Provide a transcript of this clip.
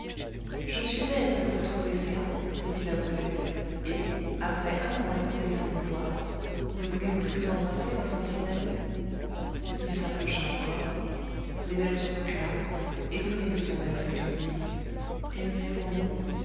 je suis aise de vous trouver céans dit-il à brulette et après un an écoulé sans nous voir ne voulez-vous plus embrasser votre ancien ami il s'approcha encore mais elle se recula étonnée de son air singulier et lui répondit